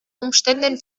umständen